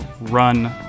run